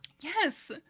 Yes